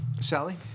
Sally